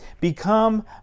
Become